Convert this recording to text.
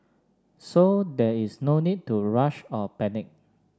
so there is no need to rush or panic